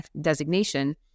designation